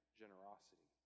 generosity